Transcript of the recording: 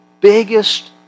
biggest